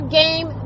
game